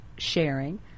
sharing